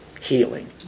healing